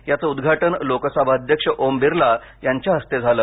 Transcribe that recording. याचं उदघाटन लोकसभा अध्यक्ष ओम बिर्ला यांच्या हस्ते झालं